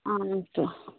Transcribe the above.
ആണോ ഓക്കെ